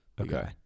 okay